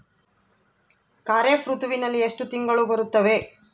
ಖಾರೇಫ್ ಋತುವಿನಲ್ಲಿ ಎಷ್ಟು ತಿಂಗಳು ಬರುತ್ತವೆ?